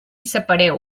separeu